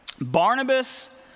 Barnabas